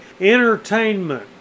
Entertainment